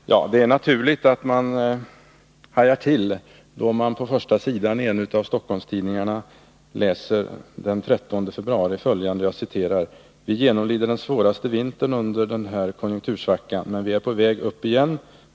Herr talman! Det är naturligt att man hajar till, då man på första sidan i en av Stockholmstidningarna den 13 februari läser följande: ”Vi genomlider den svåraste vintern under den här konjunktursvackan. Men vi är på väg upp igen.